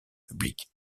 public